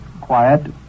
quiet